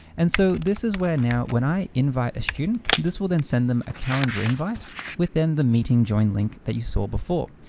and so this is when now, when i invite a student, this will then send them a calendar invite within the meeting join link that you saw before.